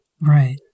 right